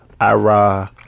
Ira